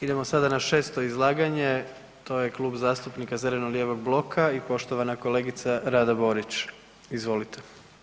Idemo sada na 6. izlaganje, to je Klub zastupnika zeleno-lijevog bloka i poštovana kolegica Rada Borić, izvolite.